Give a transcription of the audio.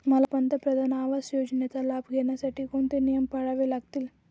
मला पंतप्रधान आवास योजनेचा लाभ घेण्यासाठी कोणते नियम पाळावे लागतील?